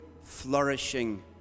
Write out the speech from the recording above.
flourishing